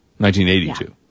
1982